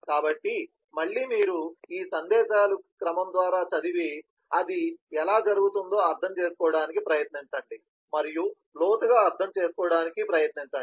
కాబట్టి మళ్ళీ మీరు ఈ సందేశాల క్రమం ద్వారా చదివి ఇది ఎలా జరుగుతుందో అర్థం చేసుకోవడానికి ప్రయత్నించండి మరియు లోతుగా అర్థం చేసుకోవడానికి ప్రయత్నించండి